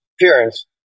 appearance